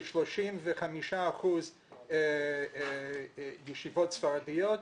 כ-35 אחוזים ישיבות ספרדיות,